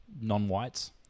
non-whites